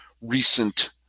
recent